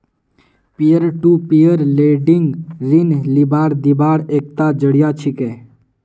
peer to peer lending ऋण लीबार दिबार एकता जरिया छिके